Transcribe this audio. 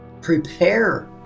prepare